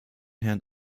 herrn